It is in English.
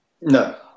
No